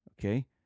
okay